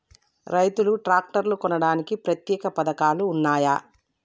రైతులు ట్రాక్టర్లు కొనడానికి ప్రత్యేక పథకాలు ఉన్నయా?